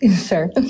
Sure